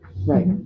right